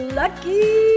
lucky